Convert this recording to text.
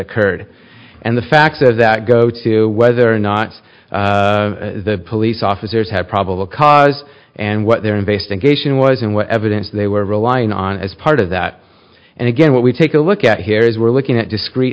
occurred and the facts of that go to whether or not the police officers have probable cause and what their investigation was and what evidence they were relying on as part of that and again what we take a look at here is we're looking at discre